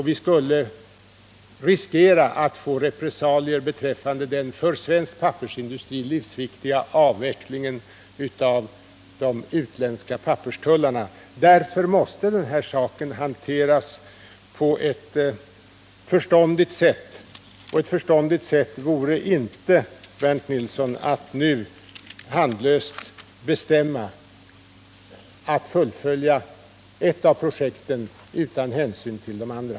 Vi skulle riskera att få repressalier som hänger samman med den för svensk pappersindustri livsviktiga avvecklingen av de utländska papperstullarna. Den här frågan måste därför hanteras på ett förståndigt sätt, och ett förståndigt sätt vore inte, Bernt Nilsson, att nu handlöst bestämma sig för att fullfölja ett av projekten utan att ta hänsyn till de andra.